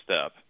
step